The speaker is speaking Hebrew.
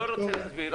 הוא לא רוצה להסביר.